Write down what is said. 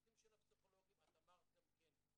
בנושא הפסיכולוגים, את אמרת גם כן,